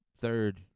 Third